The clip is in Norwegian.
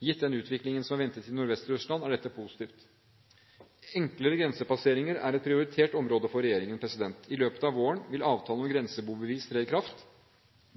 Gitt den utviklingen som er ventet i Nordvest-Russland, er dette positivt. Enklere grensepasseringer er et prioritert område for regjeringen. I løpet av våren vil avtalen om grenseboerbevis tre i kraft.